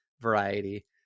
variety